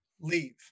leave